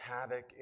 havoc